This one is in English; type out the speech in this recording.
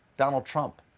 donald trump.